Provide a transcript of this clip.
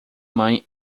mãe